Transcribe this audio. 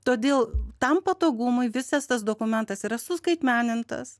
todėl tam patogumui visas tas dokumentas yra suskaitmenintas